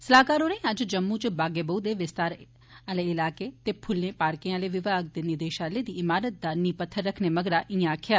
सलाहकार होरें अज्ज जम्मू च बाग ए बाह् दे विस्तार इलाके ते फ्ल्लें पार्के आले विभाग दे निदेशालय दी ईमारत दा नींह पत्थर रक्खने मगरा इयां आक्खेया